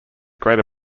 greater